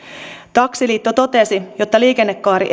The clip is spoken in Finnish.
taksiliitto totesi että se että liikennekaari